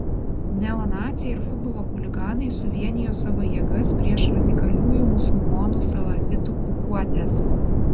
neonaciai ir futbolo chuliganai suvienijo savo jėgas prieš radikaliųjų musulmonų salafitų grupuotes